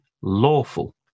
lawful